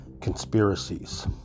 conspiracies